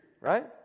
right